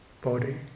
Body